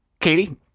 katie